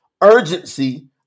urgency